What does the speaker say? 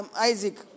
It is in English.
Isaac